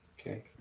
okay